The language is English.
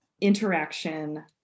interaction